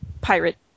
pirate